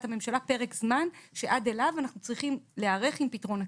הממשלה פרק זמן שעד אליו אנחנו צריכים להיערך עם פתרון הקבע.